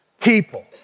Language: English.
people